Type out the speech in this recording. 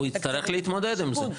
הוא יצטרך להתמודד עם זה.